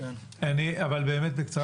אבל באמת בקצרה.